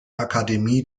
akademie